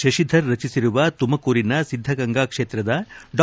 ಶತಿಧರ್ ರಚಿಸಿರುವ ತುಮಕೂರಿನ ಸಿದ್ದಗಂಗಾ ಕ್ಷೇತ್ರದ ಡಾ